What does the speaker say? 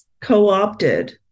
co-opted